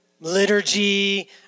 liturgy